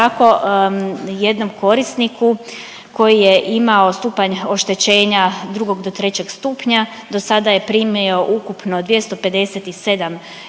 tako jednom korisniku koji je imao stupanj oštećenja drugog do trećeg stupnja do sada je primio ukupno 257 eura